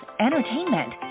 entertainment